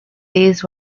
these